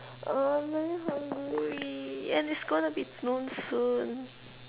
uh I'm very hungry and it's gonna be noon soon